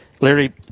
Larry